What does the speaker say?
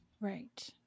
Right